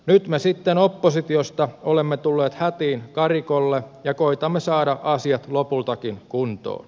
nyt me sitten oppositiosta olemme tulleet hätiin karikolle ja koetamme saada asiat lopultakin kuntoon